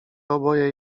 oboje